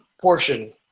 portion